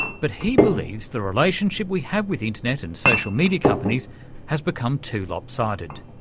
but he believes the relationship we have with internet and social media companies has become too lopsided.